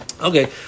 Okay